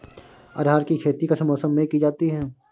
अरहर की खेती किस मौसम में की जाती है?